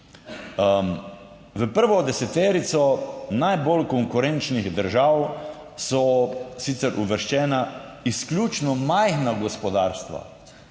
V prvo deseterico najbolj konkurenčnih držav so sicer uvrščena izključno majhna gospodarstva